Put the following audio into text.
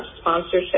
sponsorship